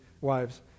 wives